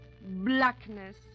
Blackness